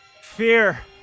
fear